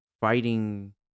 fighting